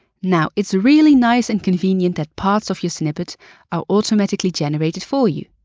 now, it's really nice and convenient that parts of your snippet are automatically generated for you.